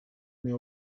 mais